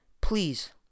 please